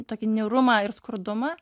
tokį niūrumą ir skurdumą